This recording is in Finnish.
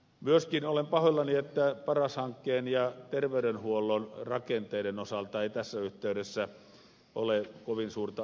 myöskin olen pahoillani että paras hankkeen ja terveydenhuollon rakenteiden osalta ei tässä yhteydessä ole kovin suurta arviointia tapahtunut